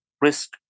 risk